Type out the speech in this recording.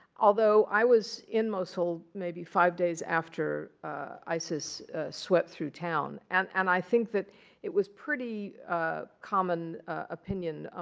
although, i was in mosul maybe five days after isis swept through town. and and i think that it was pretty ah common opinion,